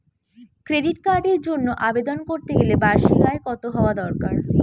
Credit কার্ডের জন্য আবেদন করতে গেলে বার্ষিক আয় কত হওয়া দরকার?